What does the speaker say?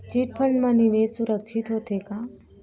Chit fund मा निवेश सुरक्षित होथे का?